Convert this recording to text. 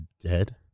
dead